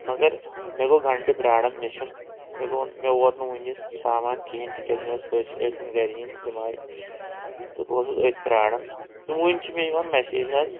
مگر مےٚ گوٚو گھنٹہٕ پرٛارن مےٚ چھُ نہٕ مےٚ گوٚو مےٚ ووت نہٕ وُنہِ سامان کِہیٖنٛۍ تِکیٛازِ مےٚ ٲسۍ پٔژھۍ ٲسِم تِم گَرِ یِنۍ تہٕ تِم آے تہٕ بہٕ اوسُس أتھۍ پرٛارن تہٕ وُنۍ چھِ مےٚ یِوان میسیج حظ